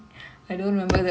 oh okay